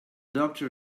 doctor